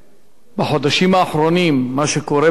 מה שקורה באירופה,